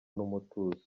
n’umutuzo